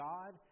God